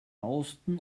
austen